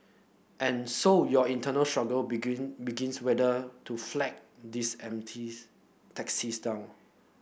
and so your internal struggle begin begins whether to flag these empties taxis down